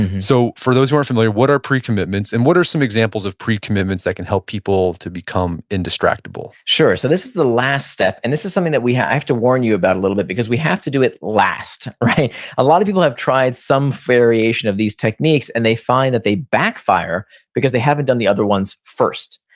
and so for those who aren't familiar, what are precommitments? and what are some examples of precommitments that can help people to become indistractable? sure. so this is the last step, and this is something that i have to warn you about a little bit, because we have to do it last. a lot of people have tried some variation of these techniques, and they find that they backfire because they haven't done the other ones first.